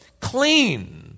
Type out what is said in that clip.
clean